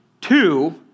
Two